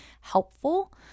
helpful